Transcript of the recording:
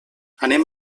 anem